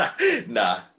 Nah